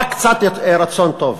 רק קצת רצון טוב.